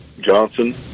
Johnson